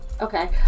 Okay